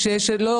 ואו,